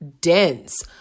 dense